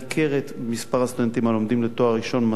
במספר הסטודנטים הלומדים לתואר ראשון במדעי הרוח.